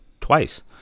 twice